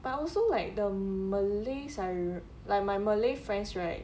but also like the malay's ah like my malay friends right